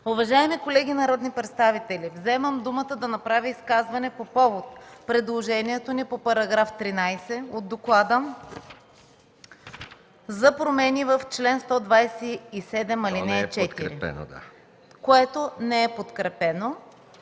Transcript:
Уважаеми колеги народни представители, вземам думата, за да направя изказване по повод предложението ни по § 13 от доклада за промени в чл. 127, ал. 4, което не е подкрепено.